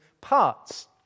parts